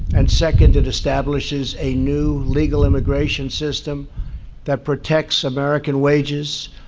and second, it establishes a new legal immigration system that protects american wages,